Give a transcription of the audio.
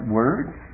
words